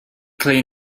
clay